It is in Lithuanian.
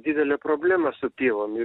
didelė problema su pievom ir